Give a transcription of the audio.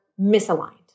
misaligned